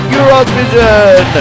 Eurovision